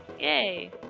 Yay